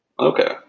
Okay